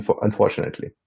unfortunately